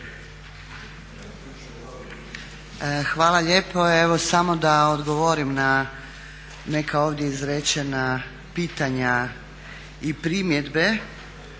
Hvala lijepo. Evo samo da odgovorim na neka ovdje izrečena pitanja i primjedbe.